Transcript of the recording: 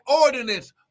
ordinance